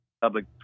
public